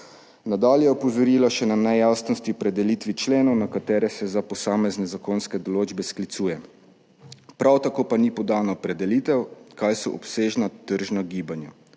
Nadalje je opozorila še na nejasnosti pri delitvi členov, na katere se za posamezne zakonske določbe sklicuje. Prav tako pa ni podana opredelitev, kaj so obsežna tržna gibanja.